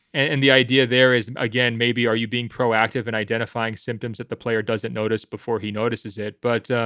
and the idea there is again, maybe are you being proactive in identifying symptoms that the player doesn't notice before he notices it? but,